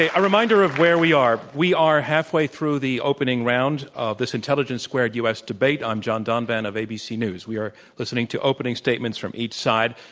a reminder of where we are, we are halfway through the opening round of this intelligence squared us debate, i'm john donvan of abc news, we are listening to opening statements from each side.